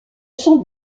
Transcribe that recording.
sont